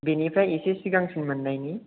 बेनिफ्राइ एसे सिगांसिन मोननायनि